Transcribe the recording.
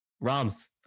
Rams